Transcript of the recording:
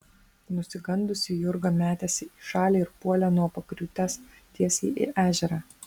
nusigandusi jurga metėsi į šalį ir puolė nuo pakriūtės tiesiai į ežerą